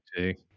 okay